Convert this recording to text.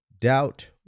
Doubt